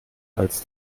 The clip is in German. als